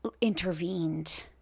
intervened